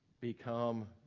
become